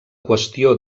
qüestió